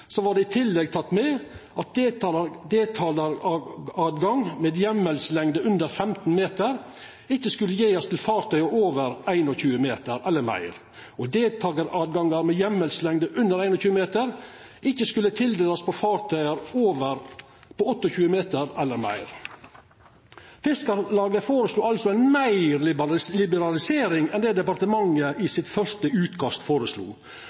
var det i tillegg teke med at deltakartilgjenge med heimelslengde under 15 meter ikkje skulle verta gjeve til fartøy over 21 meter eller meir, og at deltakartilgjenge med heimelslengde under 21 meter ikkje skulle tildelast fartøy på 28 meter eller meir. Fiskarlaget føreslo altså meir liberalisering enn det departementet i sitt første utkast føreslo,